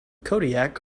kodiak